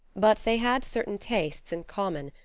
but they had certain tastes in common,